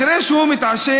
אחרי שהוא מתעשת,